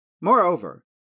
Moreover